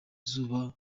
zuba